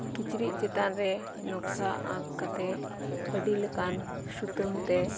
ᱠᱤᱪᱨᱤᱜ ᱪᱮᱛᱟᱱ ᱨᱮ ᱱᱚᱠᱥᱟ ᱟᱸᱠ ᱠᱟᱛᱮᱫ ᱟᱹᱰᱤ ᱞᱮᱠᱟᱱ ᱥᱩᱛᱟᱹᱢ ᱛᱮ